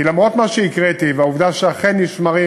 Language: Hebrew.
כי למרות מה שהקראתי והעובדה שאכן נשמרים